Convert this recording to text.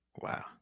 Wow